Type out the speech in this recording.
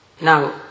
now